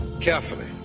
carefully